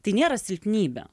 tai nėra silpnybė